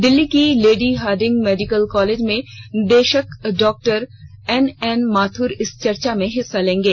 दिल्ली के Lady Hardinge medical college में निदेशक डॉ एनएन माथुर इस चर्चा में हिस्सा लेंगे